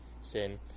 sin